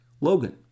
Logan